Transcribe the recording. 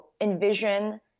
envision